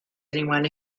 anyone